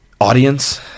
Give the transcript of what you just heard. audience